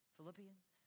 Philippians